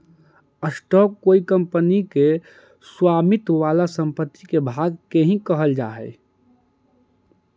stock कोई company के स्वामित्व वाला संपत्ति के भाग के भी कहल जा हई